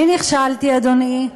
אני נכשלתי, אדוני.